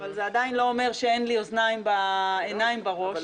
אבל זה עדיין לא אומר שאין לי עיניים בראש.